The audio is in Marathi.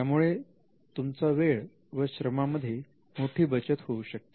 यामुळे तुमच्या वेळ व श्रमा मध्ये मोठी बचत होऊ शकते